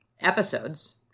episodes